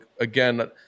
again